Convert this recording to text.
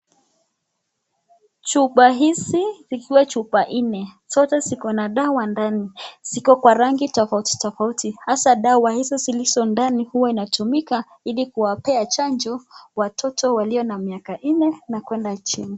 Chupa hizi ikiwa chupa nne. Zote ziko na dawa ndani. Ziko kwa rangi tofauti tofauti hasa dawa hizo zilizo ndani huwa inatumika ili kuwapea chanjo watoto walio na miaka nne na kuenda chini.